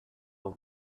will